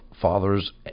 fathers